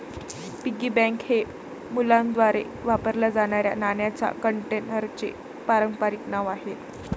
piggy bank हे मुलांद्वारे वापरल्या जाणाऱ्या नाण्यांच्या कंटेनरचे पारंपारिक नाव आहे